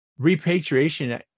repatriation